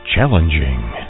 Challenging